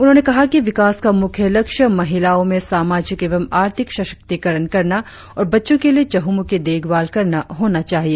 उन्होंने कहा कि विकास का मुख्य लक्ष्य महिलाओं में सामाजिक एवं आर्थिक सशक्तिकरण करना और बच्चों के लिए चहुंमुखी देखभाल करना होना चाहिए